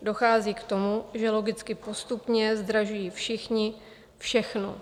Dochází k tomu, že logicky postupně zdražují všichni všechno.